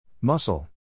Muscle